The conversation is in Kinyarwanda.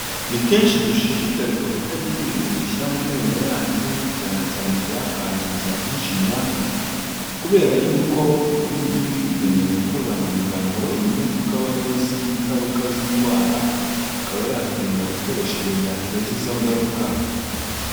Ni kenshi dushishikarizwa kutagira ibintu dushyira mu menyo yacu, cyane cyane ibyakangiza nk'ishinya, kubera yuko ibi ngibi bigenewe gukorwa na muganga wenyine, kuko aba ariwe uzi ingaruka z'indwara, akaba yakwinda gukoresha ibyo byateza izo ngaruka.